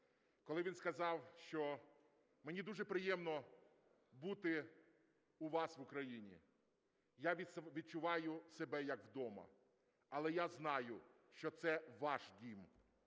Коли він сказав, що "мені дуже приємно бути у вас, в Україні, я відчуваю себе як вдома, але я знаю, що це ваш дім".